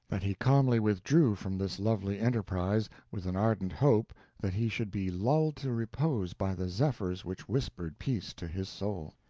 that he calmly withdrew from this lovely enterprise, with an ardent hope that he should be lulled to repose by the zephyrs which whispered peace to his soul.